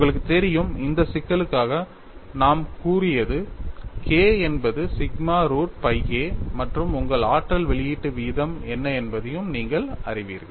உங்களுக்குத் தெரியும் இந்த சிக்கலுக்காக நாம் கூறியது K என்பது சிக்மா ரூட் pi a மற்றும் உங்கள் ஆற்றல் வெளியீட்டு வீதம் என்ன என்பதையும் நீங்கள் அறிவீர்கள்